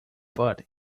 but